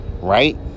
right